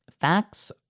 facts